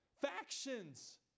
factions